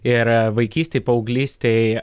ir vaikystėj paauglystėj